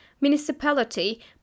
municipality